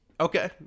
Okay